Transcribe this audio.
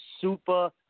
super